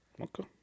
Okay